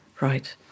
right